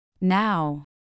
Now